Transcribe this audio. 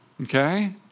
Okay